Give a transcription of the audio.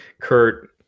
Kurt